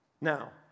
Now